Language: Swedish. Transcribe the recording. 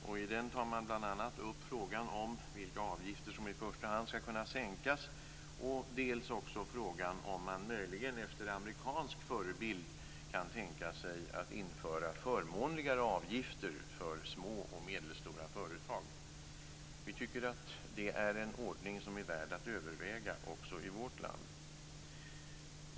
I den tar kommissionen bl.a. upp frågan om vilka avgifter som i första hand skall kunna sänkas och frågan om det är möjligt att efter amerikansk förebild införa förmånligare avgifter för små och medelstora företag. Vi tycker att det är en ordning som är värd att överväga också i vårt land.